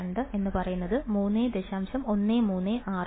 2 3